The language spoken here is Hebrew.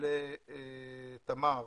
לתמר